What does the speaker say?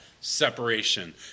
separation